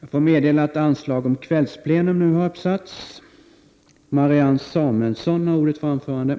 Jag får meddela att anslag nu har satts upp om att detta sammanträde skall fortsätta efter kl. 19.00.